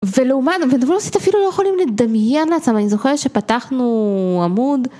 ולעומת זה אפילו לא יכולים לדמיין לעצמם אני זוכרת שפתחנו עמוד.